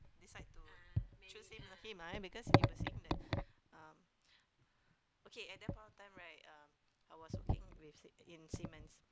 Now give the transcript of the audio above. decide to choose him him lah eh because he was saying that um okay at that point of time right um I was working with in Siemens